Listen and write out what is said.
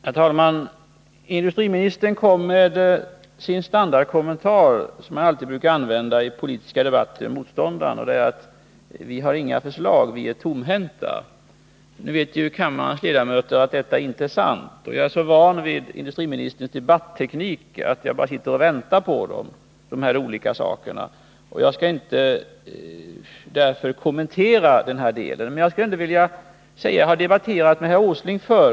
Herr talman! Industriministern kom med sin standardkommentar — som han alltid brukar använda i politiska debatter gentemot motståndaren — nämligen att vi inte har några förslag, att vi är tomhänta. Nu vet ju kammarens ledamöter att detta inte är sant. Jag är så van vid industriministerns debatteknik att jag bara sitter och väntar på de olika konstbegreppen. Jag skall därför inte kommentera den saken. Jag har debatterat med herr Åsling förr.